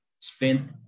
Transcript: spend